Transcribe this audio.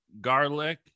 garlic